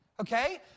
okay